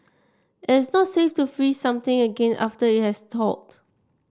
it's not safe to freeze something again after it has thawed